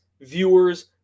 viewers